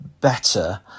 better